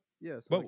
Yes